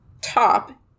top